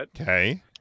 Okay